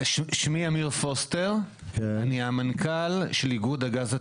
שמי אמיר פוסטר, אני המנכ"ל של איגוד הגז הטבעי.